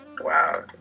Wow